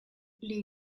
lès